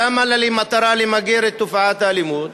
ששמה לה למטרה למגר את תופעת האלימות,